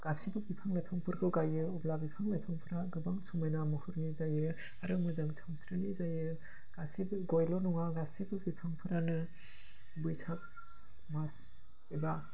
गासिबो बिफां लाइफांफोरखौ गायो अब्ला बिफां लाइफांफोरा गोबां समायना महरनि जायो आरो मोजां सानस्रिनि जायो गासिबो गयल' नङा गासिबो बिफाफ्रानो बैसाग मास एबा